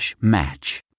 match